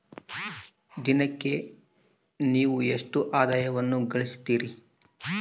ದಿನಕ್ಕೆ ನೇವು ಎಷ್ಟು ಆದಾಯವನ್ನು ಗಳಿಸುತ್ತೇರಿ?